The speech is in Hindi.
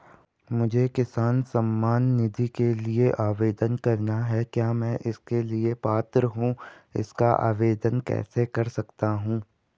मुझे किसान सम्मान निधि के लिए आवेदन करना है क्या मैं इसके लिए पात्र हूँ इसका आवेदन कैसे कर सकता हूँ?